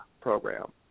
program